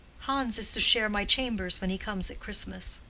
hans is to share my chambers when he comes at christmas.